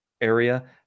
area